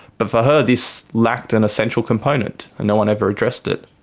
but for her, this lacked an essential component, and no-one ever addressed it.